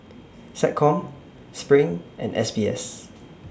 Seccom SPRING and S B S